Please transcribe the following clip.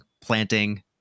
planting